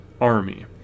army